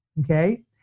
okay